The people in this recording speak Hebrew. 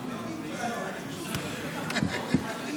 תמונה.